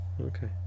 Okay